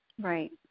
Right